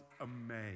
amazed